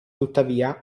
tuttavia